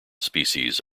species